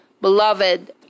beloved